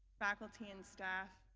faculty and staff,